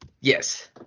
Yes